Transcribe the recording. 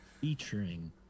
featuring